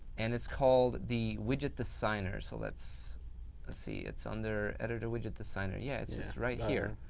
and it's called the widget designer. so, let's ah see. it's under editor, widget designer. yeah. it's just right here.